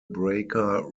breaker